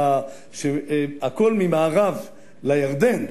הכול ממערב לירדן,